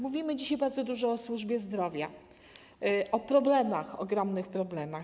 Mówimy dzisiaj bardzo dużo o służbie zdrowia, o problemach, ogromnych problemach.